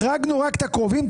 החרגנו רק את הקרובים.